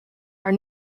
are